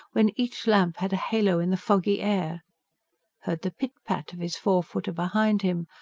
when each lamp had halo in the foggy air heard the pit-pat of his four-footer behind him,